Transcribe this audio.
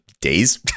days